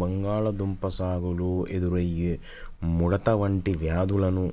బంగాళాదుంప సాగులో ఎదురయ్యే ముడత వంటి వ్యాధులను